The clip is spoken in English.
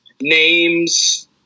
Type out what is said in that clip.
names